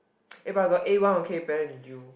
eh but I got A one okay better than you